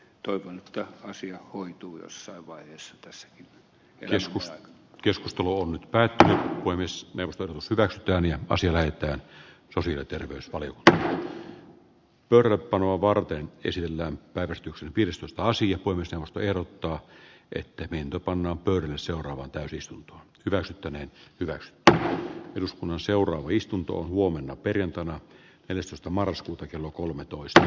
toivon että asia hoituu jossain vaiheessa tässä joskus keskusteluun käyttö voi myös vertailussa kardaani osia väittää osina terveysvaliokunta torpan varten kysellään päivystyksen piristä asia voi myös peruuttaa että pientä pannaan pöydälle seuraavaan täysistunto rasittaneet hyväksytty eduskunnan seuraava istunto on huomenna perjantaina eli sotamarskilta kello kolmetoista